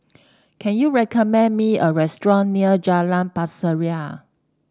can you recommend me a restaurant near Jalan Pasir Ria